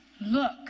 Look